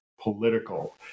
political